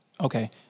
Okay